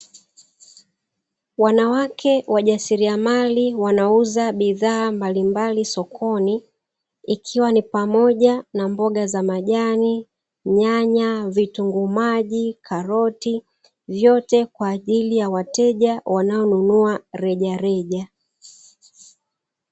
Wanawake wajasirialia mali wanauza bidha mbalimbali sokoni ikiwa ni pamoja na mboga za majani, nyanya, vitunguu maji, karoti vyote nikwajili ya wateja wanaonunua rejareja.